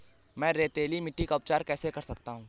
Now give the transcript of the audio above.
मैं रेतीली मिट्टी का उपचार कैसे कर सकता हूँ?